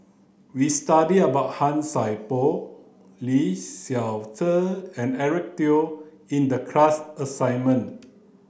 we studied about Han Sai Por Lee Seow Ser and Eric Teo in the class assignment